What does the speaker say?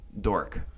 dork